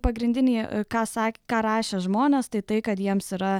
pagrindiniai ką sak ką rašė žmonės tai tai kad jiems yra